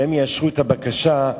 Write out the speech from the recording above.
שהם יאשרו את הבקשה,